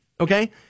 Okay